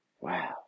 Wow